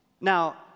Now